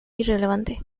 irrelevante